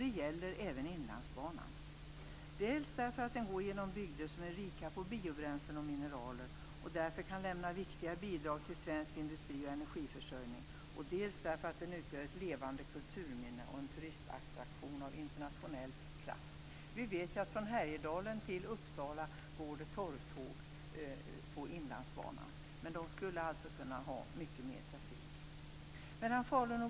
Det gäller även Inlandsbanan dels därför att den går genom bygder som är rika på biobränslen och mineraler och därför kan lämna viktiga bidrag till svensk industri och energiförsörjning, dels därför att den utgör ett levande kulturminne och en turistattraktion av internationell klass. Vi vet att det går torvtåg på Inlandsbanan från Härjedalen till Uppsala. De tågen skulle kunna klara mycket mer trafik.